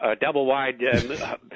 double-wide